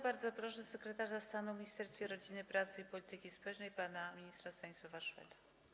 Bardzo proszę sekretarza stanu w Ministerstwie Rodziny, Pracy i Polityki Społecznej pana ministra Stanisława Szweda.